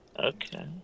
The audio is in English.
Okay